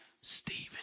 Stephen